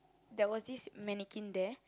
there was this mannequin there